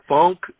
Funk